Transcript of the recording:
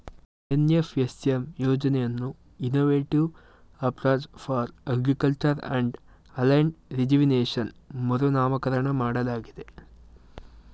NFSM ಯೋಜನೆಯನ್ನು innovative approach for agriculture and aligned rejuvenation ಮರುನಾಮಕರಣ ಮಾಡಲಾಗಿದೆ